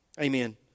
amen